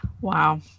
Wow